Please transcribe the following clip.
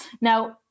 Now